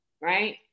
right